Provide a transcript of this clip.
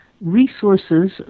resources